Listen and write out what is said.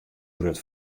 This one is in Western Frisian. grut